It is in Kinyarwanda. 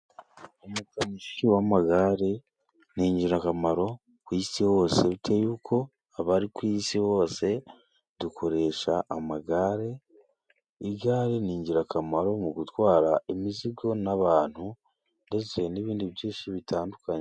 Umukanishi w'amagare ni ingirakamaro ku isi hose kuko abari ku isi bose dukoresha amagare. Igare ni ingirakamaro mu gutwara imizigo n'abantu ndetse n'ibindi byinshi bitandukanye.